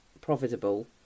profitable